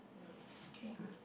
okay